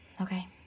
Okay